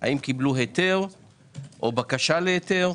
האם קיבלו היתר או בקשה להיתר?